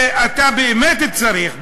שאתה באמת צריך,